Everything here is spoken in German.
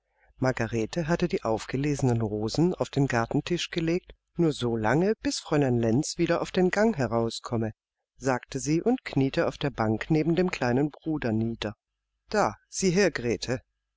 margarete hatte die aufgelesenen rosen auf den gartentisch gelegt nur so lange bis fräulein lenz wieder auf den gang herauskomme sagte sie und kniete auf der bank neben dem kleinen bruder nieder da sieh her